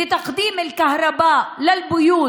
ובדיוק התכוונתי לעבור לשפה הערבית כדי